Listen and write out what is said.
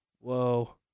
Whoa